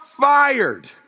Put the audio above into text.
fired